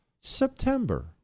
September